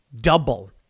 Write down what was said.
double